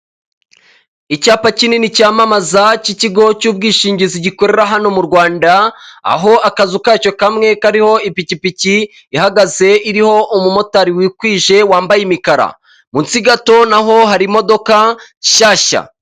Icyapa kinini cyamamaza k'ikigo cy'ubwishingizi gikorera hano mu rwanda, aho akazu kacyo kamwe kariho ipikipiki ihagaze iriho umumotari wikwije wambaye imikara, munsi gato naho hari imodoka nshyashya.